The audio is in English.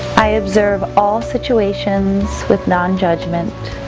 i observe all situations with non-judgment.